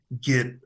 get